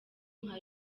nka